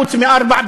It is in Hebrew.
חוץ מארבע,